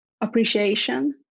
appreciation